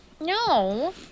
No